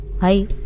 Hi